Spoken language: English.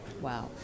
Wow